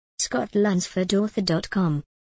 scottlunsfordauthor.com